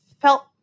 felt